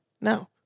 No